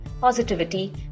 positivity